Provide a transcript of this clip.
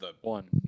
one